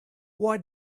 why